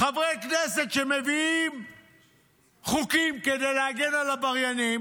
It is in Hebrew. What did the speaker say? חברי כנסת שמביאים חוקים כדי להגן על עבריינים